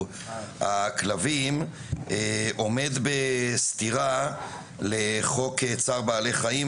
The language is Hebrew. הכלבים עומד בסתירה לחוק צער בעלי חיים,